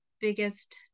biggest